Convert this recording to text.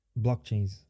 blockchains